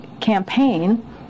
Campaign